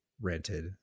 rented